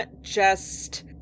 just-